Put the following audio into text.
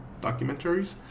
Documentaries